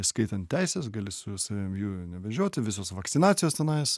įskaitant teises gali su savim jų nevežioti visos vakcinacijos tenais